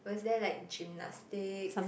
was there like gymnastics